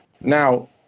now